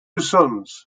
sons